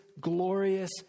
Glorious